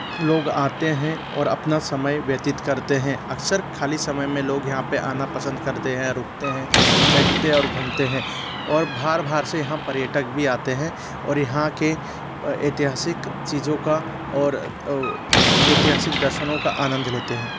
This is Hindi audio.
लोग आते हैं और अपना समय व्यतीत करते हैं अक्सर खाली समय में लोग यहाँ पे आना पसंद करते हैं रुकते हैं बैठते और घूमते हैं और बाहर बाहर से यहाँ पर्यटक भी आते हैं और यहाँ के ऐतिहासिक चीज़ों का और ऐतिहासिक दर्शनों का आनंद लेते हैं